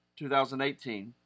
2018